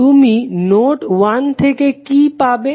তুমি নোড 1 থেকে কি পাবে